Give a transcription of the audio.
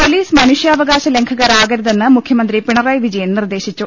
palace മനുഷ്യാവകാശ ലംഘകർ ആകരുതെന്ന് മുഖ്യമന്ത്രി പിണറായി വിജയൻ നിർദേശിച്ചു